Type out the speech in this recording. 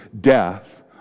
death